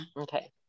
Okay